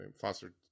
Foster